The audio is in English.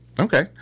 Okay